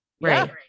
Right